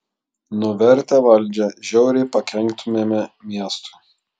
nuvertę valdžią žiauriai pakenktumėme miestui